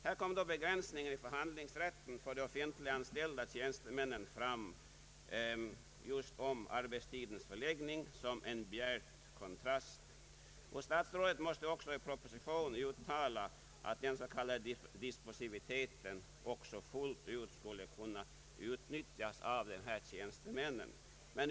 Här står begränsningen i förhandlingsrätten för de offentliga tjänstemännen i fråga om arbetstidens förläggning i bjärt kontrast mot vad som gäller för övriga tjänstemän. Statsrådet måste också i propositionen uttala att den s.k. disposiviteten fullt ut skulle kunna utnyttjas också av de offentliga tjänstemännen.